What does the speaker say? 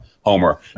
Homer